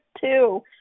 two